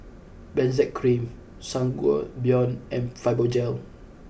Benzac Cream Sangobion and Fibogel